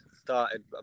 started